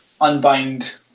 unbind